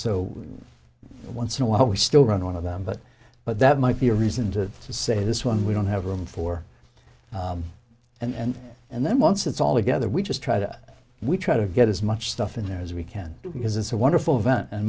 so once in a while we still run one of them but but that might be a reason to say this one we don't have room for and and then once it's all together we just try to we try to get as much stuff in there as we can because it's a wonderful event and